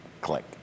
Click